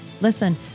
listen